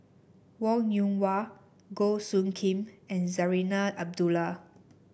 Wong Yoon Wah Goh Soo Khim and Zarinah Abdullah